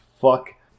fuck